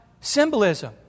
symbolism